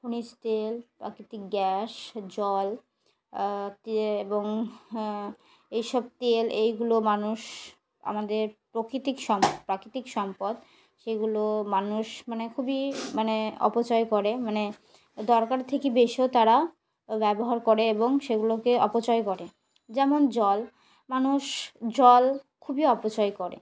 খনিজ তেল প্রাকৃতিক গ্যাস জল এবং এইসব তেল এইগুলো মানুষ আমাদের প্রাকৃতিক সম্প প্রাকৃতিক সম্পদ সেগুলো মানুষ মানে খুবই মানে অপচয় করে মানে দরকারের থেকে বেশিও তারা ব্যবহার করে এবং সেগুলোকে অপচয় করে যেমন জল মানুষ জল খুবই অপচয় করে